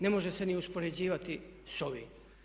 Ne može se ni uspoređivati s ovim.